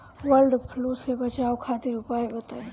वड फ्लू से बचाव खातिर उपाय बताई?